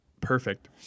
perfect